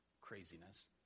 craziness